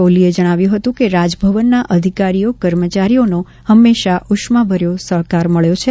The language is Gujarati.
કોહલીએ જણાવ્યું હતું કે રાજભવનના અધિકારીઓ કર્મચારીઓનો હંમેશાં ઉષ્માભર્યો સહકાર મળ્યો છે